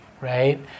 right